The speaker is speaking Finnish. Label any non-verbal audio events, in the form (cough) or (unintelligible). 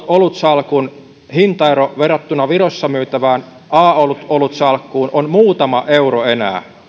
(unintelligible) olutsalkun hintaero verrattuna virossa myytävään a olutsalkkuun on muutama euro enää